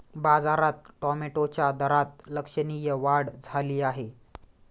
बाजारात टोमॅटोच्या दरात लक्षणीय वाढ झाली आहे